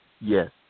Yes